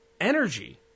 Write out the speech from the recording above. energy